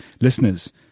listeners